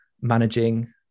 managing